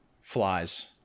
flies